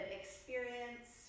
experience